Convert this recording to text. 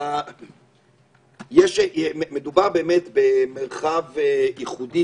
מדובר באמת במרחב ייחודי,